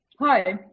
Hi